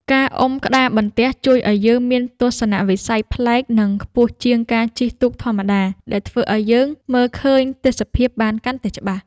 ការអុំក្តារបន្ទះជួយឱ្យយើងមានទស្សនវិស័យប្លែក និងខ្ពស់ជាងការជិះទូកធម្មតា ដែលធ្វើឱ្យយើងមើលឃើញទេសភាពបានកាន់តែច្បាស់។